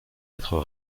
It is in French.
êtres